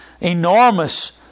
enormous